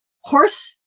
horse